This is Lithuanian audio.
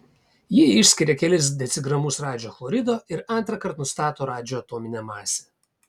ji išskiria kelis decigramus radžio chlorido ir antrąkart nustato radžio atominę masę